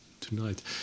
tonight